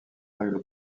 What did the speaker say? règle